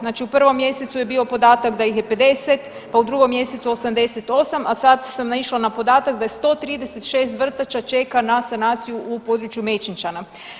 Znači u prvom mjesecu je bio podatak da ih je 50, pa u drugom mjesecu 88, a sad sam naišla na podatak da je 136 vrtača čeka na sanaciju u području Mečenčana.